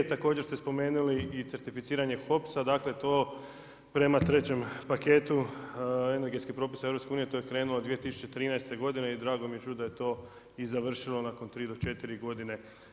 Također ste spomenuli i certificirane HOPS-a dakle to prema 3.-em paketu energetskih propisa EU to je krenulo 2013. godine i drago mi je čuti da je to i završilo nakon 3-4 godine.